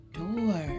door